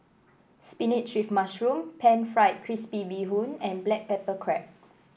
spinach with mushroom pan fried crispy Bee Hoon and Black Pepper Crab